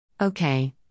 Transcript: Okay